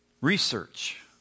research